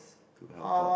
to help out